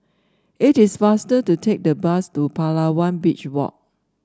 it is faster to take the bus to Palawan Beach Walk